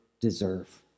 deserve